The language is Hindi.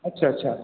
अच्छा अच्छा